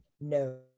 No